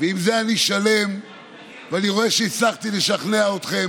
אני מופתע שחבריי הטובים, שהלכנו שכם אל